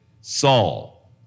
Saul